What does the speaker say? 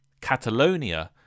Catalonia